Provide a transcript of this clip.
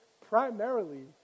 primarily